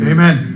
Amen